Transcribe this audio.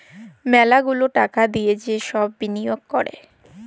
ম্যালা গুলা টাকা দিয়ে যে সব বিলিয়গ ক্যরে